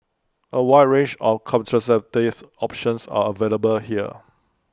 A wide range of contraceptive options are available here